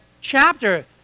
chapter